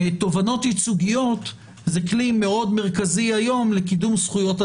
תובנות ייצוגיות זה כלי מאוד מרכזי היום לקידום זכויות אדם,